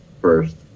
first